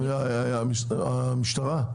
המשטרה?